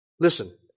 Listen